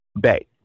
Bay